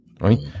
right